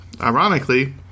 Ironically